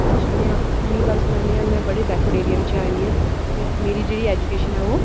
अज्ज में अपनी गल्ल सनान्नी आं में बड़े बैकवर्ड एरिया च आई दियां ठीक ऐ मेरी जेह्ड़ी ऐजुकेशन ऐ ओह्